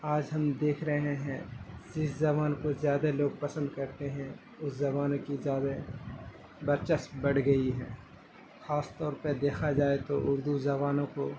آج ہم دیکھ رہے ہیں جس زبان کو زیادہ لوگ پسند کرتے ہیں اس زبان کی زیادہ برچسپ بڑھ گئی ہے خاص طور پہ دیکھا جائے تو اردو زبانوں کو